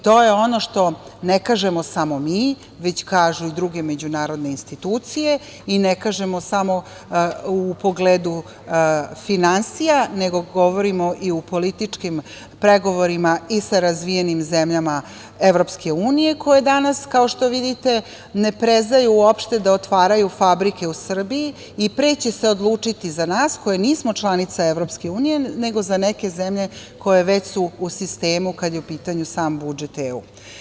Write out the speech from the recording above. To je ono što ne kažemo samo mi, već kažu i druge međunarodne institucije i ne kažemo samo u pogledu finansija, nego govorimo i u političkim pregovorima i sa razvijenim zemljama EU koje danas kao što vidite ne prezaju uopšte da otvaraju fabrike u Srbiji i pre će se odlučiti za nas, koji nismo članica EU, nego za neke zemlje koje su već u sistemu kada je u pitanju sam budžet EU.